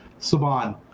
Saban